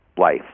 life